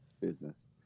business